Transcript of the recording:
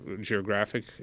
geographic